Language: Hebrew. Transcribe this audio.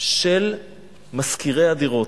של משכירי הדירות.